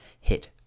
hit